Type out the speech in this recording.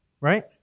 Right